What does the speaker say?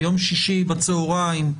יום שישי בצוהריים,